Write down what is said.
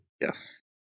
yes